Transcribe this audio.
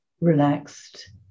relaxed